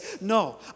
No